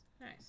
Nice